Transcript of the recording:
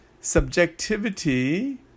subjectivity